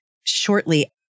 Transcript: shortly